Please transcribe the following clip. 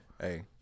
Hey